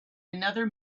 another